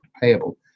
payable